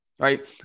Right